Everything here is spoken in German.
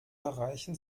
bereichen